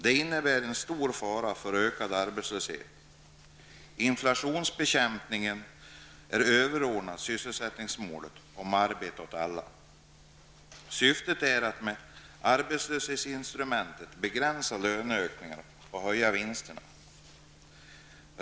Det innebär en stor fara för ökad arbetslöshet. Inflationsbekämpningen är överordnad sysselsättningsmålet arbete åt alla. Syftet är att med arbetslöshetsinstrumentet begränsa löneökningar och höja vinsterna.